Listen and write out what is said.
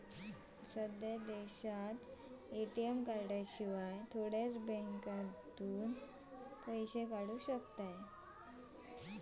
सध्या देशांतल्या थोड्याच बॅन्कांतल्यानी ए.टी.एम कार्डशिवाय पैशे काढू शकताव